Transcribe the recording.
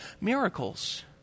miracles